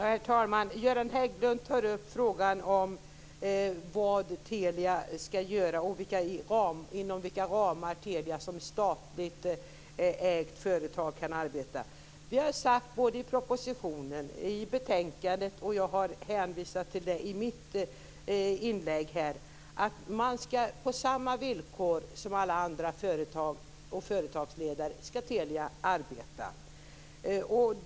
Herr talman! Göran Hägglund tar upp frågan om vad Telia skall göra och inom vilka ramar Telia som statligt ägt företag kan arbeta. Vi har sagt både i propositionen och i betänkandet - och jag har hänvisat till det i mitt inlägg här - att Telia skall arbeta på samma villkor som alla andra företag och företagsledningar.